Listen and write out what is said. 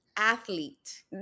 athlete